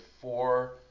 four